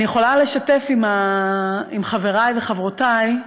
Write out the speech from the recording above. אני יכולה לשתף עם חבריי וחברותיי,